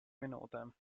minūtēm